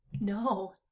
no